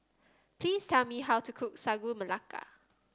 please tell me how to cook Sagu Melaka